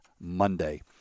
Monday